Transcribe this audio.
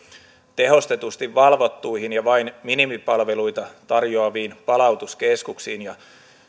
tehostetusti valvottuihin ja vain minimipalveluita tarjoaviin palautuskeskuksiin ja